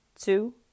two